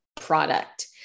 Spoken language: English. product